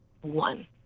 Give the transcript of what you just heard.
one